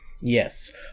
Yes